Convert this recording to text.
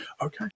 Okay